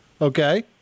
Okay